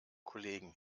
kollegen